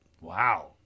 Wow